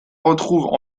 retrouvent